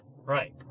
Right